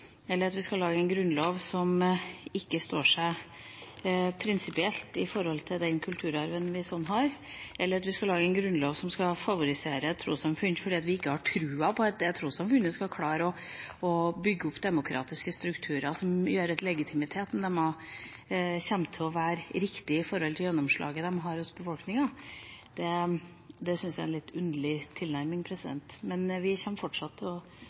eller at vi skal lage en grunnlov som ikke står seg prinsipielt i forhold til den kulturarven vi har, eller at vi skal lage en grunnlov som skal favorisere trossamfunn fordi vi ikke har troen på at det trossamfunnet skal klare å bygge opp demokratiske strukturer som gjør at legitimiteten deres kommer til å være riktig i forhold til gjennomslaget de har hos befolkninga, syns jeg er en litt underlig tilnærming. Men vi kommer fortsatt til å